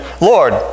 Lord